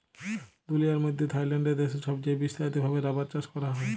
দুলিয়ার মইধ্যে থাইল্যান্ড দ্যাশে ছবচাঁয়ে বিস্তারিত ভাবে রাবার চাষ ক্যরা হ্যয়